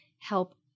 help